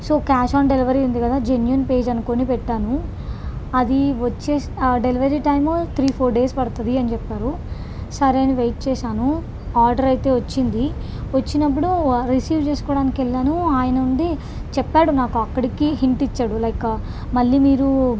so cash on delivery ఉంది కదా genuine page అనుకుని పెట్టాను అది వచ్చేసి delivery time three four days పడుతుంది అని చెప్పారు సరే అని వెయిట్ చేశాను ఆర్డర్ అయితే వచ్చింది వచ్చినప్పుడు రిసీవ్ చేసుకోవడానికెళ్ళాను ఆయన ఉండి చెప్పాడు మాకు అక్కడికి హింట్ ఇచ్చాడు లైక్ మళ్ళీ మీరు